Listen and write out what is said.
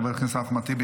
חבר הכנסת אחמד טיבי,